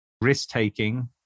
risk-taking